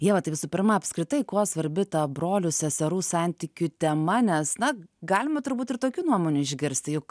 ieva tai visų pirma apskritai kuo svarbi ta brolių seserų santykių tema nes na galima turbūt ir tokių nuomonių išgirsti juk